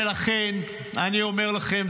ולכן אני אומר לכם,